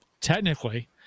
technically